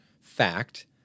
fact